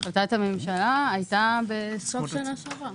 החלטת הממשלה הייתה בסוף השנה שעברה,